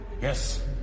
Yes